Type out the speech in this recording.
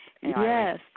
Yes